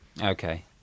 Okay